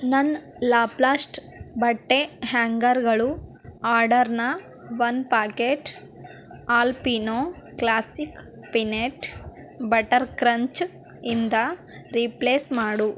ನನ್ನ ಲಾಪ್ಲಾಸ್ಟ್ ಬಟ್ಟೆ ಹ್ಯಾಂಗರ್ಗಳು ಆರ್ಡರ್ನ ಒಂದು packet Alpino classic peanut butter crunch ಇಂದ ರಿಪ್ಲೇಸ್ ಮಾಡು